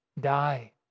die